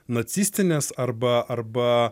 nacistinės arba arba